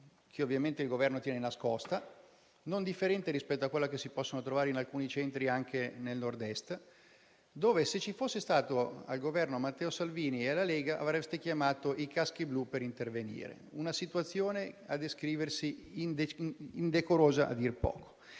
che ovviamente il Governo tiene nascosta, non differente rispetto a quelle che si possono trovare in alcuni centri del Nord-Est. Se ci fossero stati al Governo Matteo Salvini e la Lega, avreste chiamato i caschi blu ad intervenire: è una situazione che descrivere come indecorosa è dir poco.